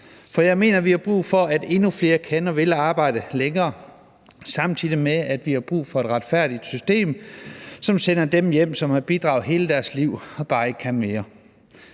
For jeg mener, at vi har brug for, at endnu flere kan og vil arbejde længere, samtidig med at vi har brug for et retfærdigt system, som sender dem, som har bidraget hele deres liv og bare ikke kan mere,